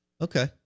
Okay